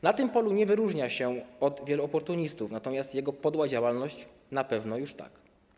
Na tym polu nie wyróżnia się na tle wielu oportunistów, natomiast jego podła działalność - na pewno tak.